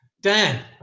dan